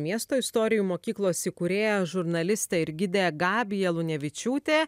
miesto istorijų mokyklos įkūrėja žurnalistė ir gidė gabija lunevičiūtė